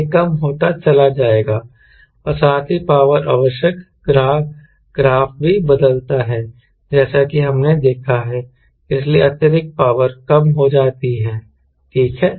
यह कम होता चला जाएगा और साथ ही पावर आवश्यक ग्राफ भी बदलता है जैसा कि हमने देखा है इसीलिए अतिरिक्त पावर कम हो जाती है ठीक है